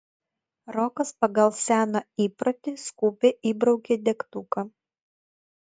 rokas pagal seną įprotį skubiai įbraukė degtuką